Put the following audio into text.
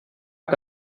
que